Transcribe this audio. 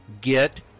get